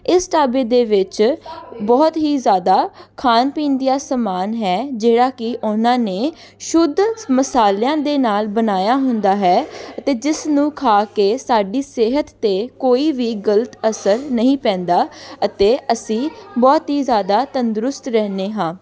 ਇਸ ਢਾਬੇ ਦੇ ਵਿੱਚ ਬਹੁਤ ਹੀ ਜ਼ਿਆਦਾ ਖਾਣ ਪੀਣ ਦੀਆਂ ਸਮਾਨ ਹੈ ਜਿਹੜਾ ਕਿ ਉਹਨਾਂ ਨੇ ਸ਼ੁੱਧ ਮਸਾਲਿਆਂ ਦੇ ਨਾਲ ਬਣਾਇਆ ਹੁੰਦਾ ਹੈ ਅਤੇ ਜਿਸ ਨੂੰ ਖਾ ਕੇ ਸਾਡੀ ਸਿਹਤ 'ਤੇ ਕੋਈ ਵੀ ਗਲਤ ਅਸਰ ਨਹੀਂ ਪੈਂਦਾ ਅਤੇ ਅਸੀਂ ਬਹੁਤ ਹੀ ਜ਼ਿਆਦਾ ਤੰਦਰੁਸਤ ਰਹਿੰਦੇ ਹਾਂ